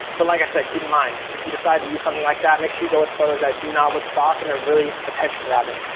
but like i said keep in mind, if you decide to use something like that make sure you go with the photos that do not look stock and they're really attention grabbing.